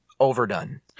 overdone